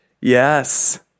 Yes